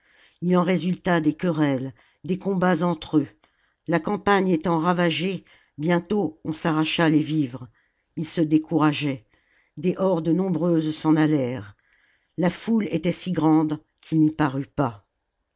ii en résulta des querelles des combats entre eux la campagne étant ravagée bientôt on s'arracha les vivres ils se décourageaient des hordes nombreuses s'en allèrent la foule était si grande qu'il n'y parut pas